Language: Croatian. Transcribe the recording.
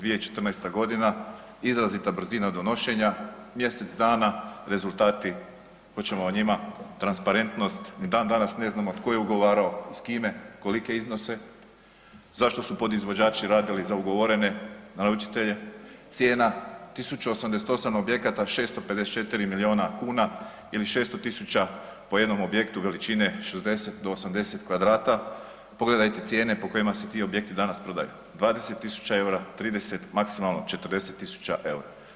2014.g., izrazita brzina donošenja, mjesec dana, rezultati, hoćemo o njima, transparentnost, ni dan danas ne znamo tko je ugovarao i s kime, kolike iznose, zašto su podizvođači radili za ugovorene naručitelje, cijena 1088 objekata 654 milijuna kuna ili 600 000 po jednom objektu veličine 60 do 80 m2, pogledajte cijene po kojima se ti objekti danas prodaju, 20.000,00 EUR-a, 30, maksimalno 40.000,00 EUR-a.